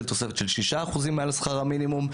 לתוספת של 6% מעל שכר המינימום.